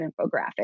infographic